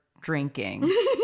drinking